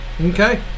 Okay